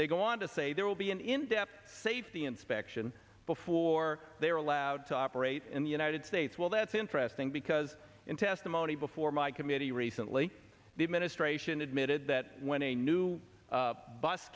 they go on to say there will be an in depth safety inspection before they are allowed to operate in the united states well that's interesting because in testimony before my committee recently the administration admitted that when a new